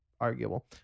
arguable